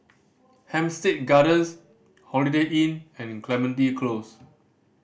Hampstead Gardens Holiday Inn and Clementi Close